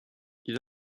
you